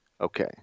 Okay